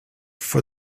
for